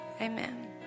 Amen